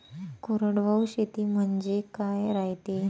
कोरडवाहू शेती म्हनजे का रायते?